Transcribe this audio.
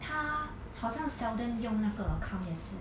她好像 seldom 用那个 account 也是